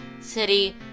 City